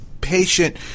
patient